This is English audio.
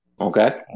okay